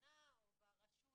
השכונה או ברשות